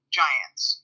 giants